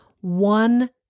one